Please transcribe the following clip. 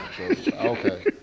Okay